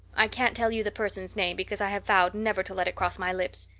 i can't tell you the person's name because i have vowed never to let it cross my lips.